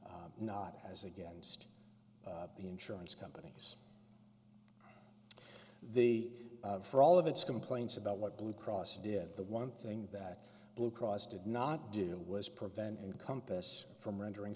doctors not as against the insurance companies the for all of its complaints about what blue cross did the one thing that blue cross did not do was prevent encompass from rendering